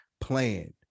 plan